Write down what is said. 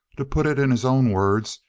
to put it in his own words,